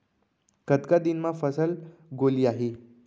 कतका दिन म फसल गोलियाही?